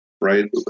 right